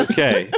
Okay